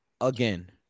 Again